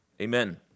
amen